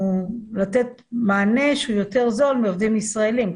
הוא לתת מענה שהוא יותר זול מעובדים ישראלים,